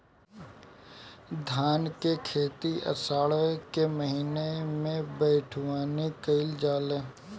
धान के खेती आषाढ़ के महीना में बइठुअनी कइल जाला?